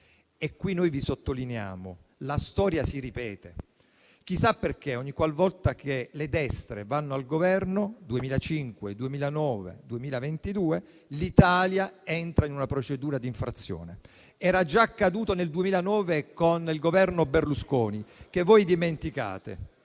E qui noi vi sottolineiamo che la storia si ripete. Chissà perché, ogniqualvolta che le destre vanno al Governo (2005, 2009, 2022), l'Italia entra in una procedura di infrazione. Era già accaduto nel 2009 con il Governo Berlusconi, che voi dimenticate.